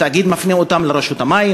התאגיד מפנה אותם לרשות המים,